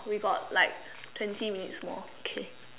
we got like twenty minutes more okay